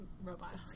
robots